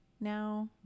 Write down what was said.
now